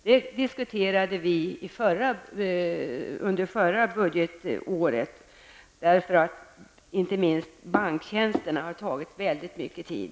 Det diskuterade vi under förra budgetåret, inte minst för att banktjänsterna har tagit väldigt mycket tid.